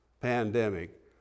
pandemic